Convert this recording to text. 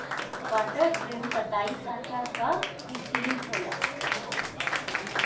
water frame कताई साँचा कअ किसिम होला